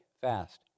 fast